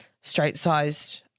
straight-sized